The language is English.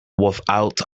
without